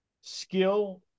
skill